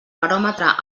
baròmetre